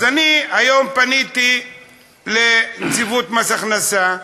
אז אני היום פניתי לנציבות מס הכנסה,